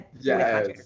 Yes